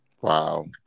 Wow